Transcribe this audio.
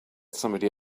somebody